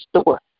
store